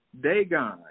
Dagon